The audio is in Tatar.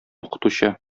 укытучы